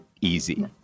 easy